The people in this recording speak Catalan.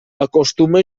acostuma